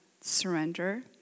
surrender